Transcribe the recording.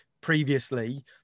previously